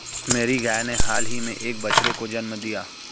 मेरी गाय ने हाल ही में एक बछड़े को जन्म दिया